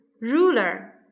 ruler